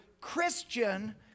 Christian